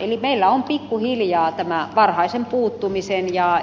eli meillä on pikkuhiljaa varhaisen puuttumisen ja